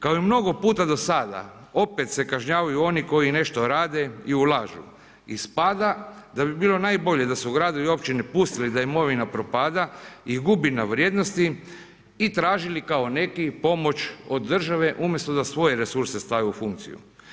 Kao i mnogo puta do sada opet se kažnjavaju oni koji nešto rade i ulažu, ispada da bi bilo najbolje da su gradovi i općine pustili da imovina propada i gubi na vrijednosti i tražili kao neku pomoć od države umjesto da svoje resurse stave u funkciju.